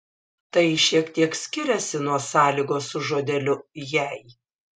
tai šiek tiek skiriasi nuo sąlygos su žodeliu jei